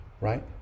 Right